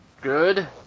good